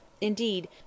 Indeed